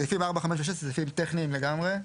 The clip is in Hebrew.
סעיפים 4, 5, ו-6 אלה סעיפים טכניים לגמרי.